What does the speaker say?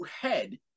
head